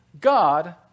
God